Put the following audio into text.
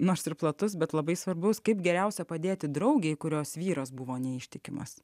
nors ir platus bet labai svarbus kaip geriausia padėti draugei kurios vyras buvo neištikimas